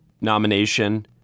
nomination